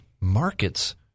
markets